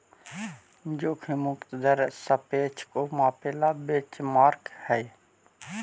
जोखिम मुक्त दर सापेक्ष को मापे ला बेंचमार्क हई